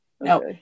No